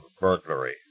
burglary